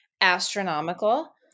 astronomical